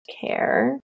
care